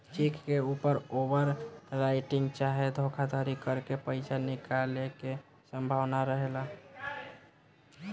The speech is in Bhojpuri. चेक के ऊपर ओवर राइटिंग चाहे धोखाधरी करके पईसा निकाले के संभावना रहेला